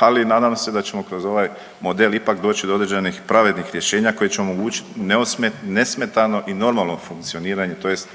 ali nadam se da ćemo kroz ovaj model ipak doći do određenih pravednih rješenja koji će omogućiti nesmetano i normalno funkcioniranje tj.